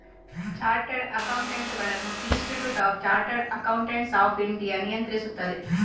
chartered ಅಕೌಂಟೆಂಟುಗಳನ್ನು institute of chartered accountants of India ನಿಯಂತ್ರಿಸುತ್ತದೆ